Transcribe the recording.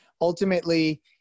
Ultimately